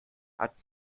hat